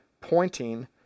pointing